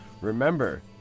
remember